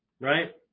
Right